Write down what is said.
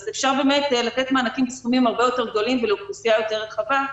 אפשר לתת מענקים בסכומים הרבה יותר גדולים ולאוכלוסייה יותר רחבה.